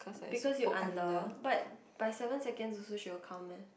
because you under but by seven seconds also she will count meh